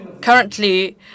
Currently